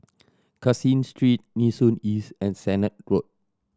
Caseen Street Nee Soon East and Sennett Road